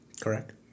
Correct